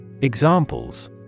Examples